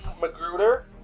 Magruder